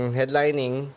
headlining